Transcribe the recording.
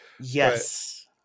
Yes